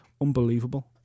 unbelievable